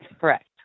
Correct